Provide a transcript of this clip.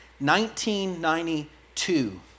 1992